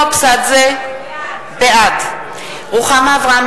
(קוראת בשמות חברי הכנסת) נינו אבסדזה,